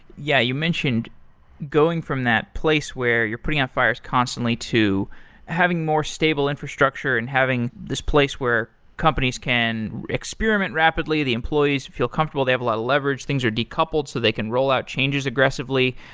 yeah, you mentioned going from that place where you're putting out fires constantly to having more stable infrastructure and having this place where companies can experiment rapidly, the employees feel comfortable, they have a lot of leverage, things are decoupled, so they can roll out changes aggressively.